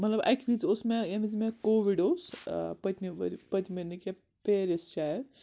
مطلب اَکہِ وِزِ اوس مےٚ ییٚمہِ وِز مےٚ کووِڈ اوس پٔتۍمہِ ؤرِ پٔتۍمہِ نہٕ کیٚنٛہہ پیٚرِس شاید